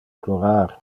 plorar